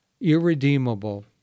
irredeemable